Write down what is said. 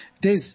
Des